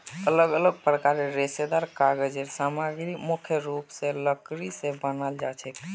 अलग अलग प्रकारेर रेशेदार कागज़ेर सामग्री मुख्य रूप स लकड़ी स बनाल जाछेक